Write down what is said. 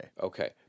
Okay